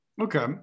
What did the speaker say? Okay